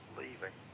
leaving